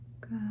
Good